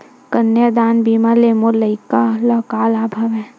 कन्यादान बीमा ले मोर लइका ल का लाभ हवय?